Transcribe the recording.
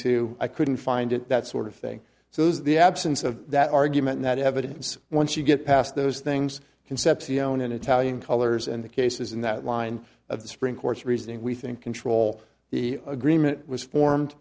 to i couldn't find it that sort of thing so as the absence of that argument that evidence once you get past those things concepcion in italian colors and the cases in that line of the supreme court's reasoning we think control the agreement was formed